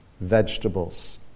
vegetables